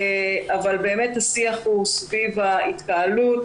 השיח הוא סביב ההתקהלות,